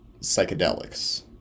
psychedelics